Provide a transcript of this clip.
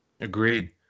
Agreed